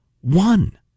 one